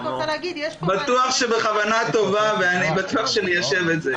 בטוח שבכוונה טובה ואני בטוח שניישב את זה.